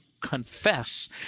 confess